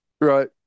Right